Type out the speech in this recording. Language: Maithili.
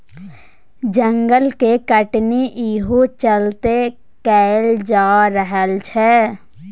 जंगल के कटनी इहो चलते कएल जा रहल छै